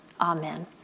Amen